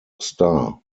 sta